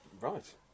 Right